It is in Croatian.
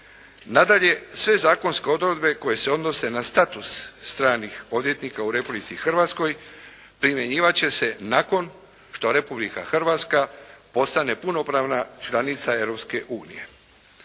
Nadalje, sve zakonske odredbe koje se odnose na status stranih odvjetnika u Republici Hrvatskoj primjenjivat će se nakon što Republika Hrvatska postane punopravna članica